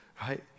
right